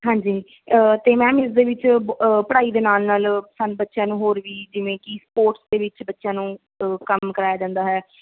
ਹਾਂਜੀ ਅਤੇ ਮੈਮ ਇਸਦੇ ਵਿੱਚ ਪੜ੍ਹਾਈ ਦੇ ਨਾਲ ਨਾਲ ਸਾਨੂੰ ਬੱਚਿਆਂ ਨੂੰ ਹੋਰ ਵੀ ਜਿਵੇਂ ਕਿ ਸਪੋਰਟਸ ਦੇ ਵਿੱਚ ਬੱਚਿਆਂ ਨੂੰ ਕੰਮ ਕਰਵਾਇਆ ਜਾਂਦਾ ਹੈ